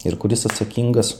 ir kuris atsakingas